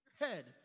Head